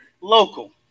local